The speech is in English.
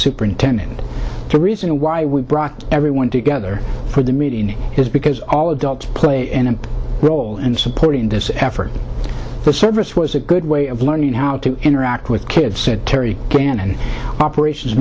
superintendent the reason why we brought everyone together for the meeting is because all adults play any role in supporting this effort the service was a good way of learning how to interact with kids said terry cannon operations